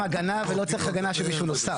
מבנה של 100 מטרים רבועים.